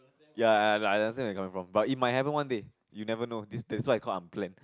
ya ya like I understand where you're coming from but it might happen one day you never know that's why call unplanned